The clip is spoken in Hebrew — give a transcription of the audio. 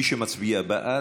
מי שמצביע בעד,